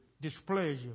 displeasure